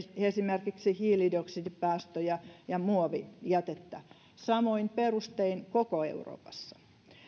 esimerkiksi hiilidioksidipäästöjä ja muovijätettä samoin perustein koko euroopassa